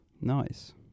Nice